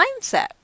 mindset